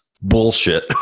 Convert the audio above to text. Bullshit